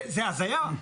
זה הזיה.